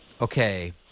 okay